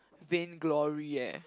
Vain Glory eh